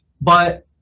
but-